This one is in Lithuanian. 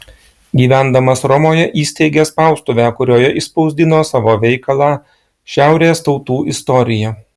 gyvendamas romoje įsteigė spaustuvę kurioje išspausdino savo veikalą šiaurės tautų istorija